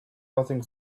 nothing